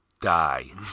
Die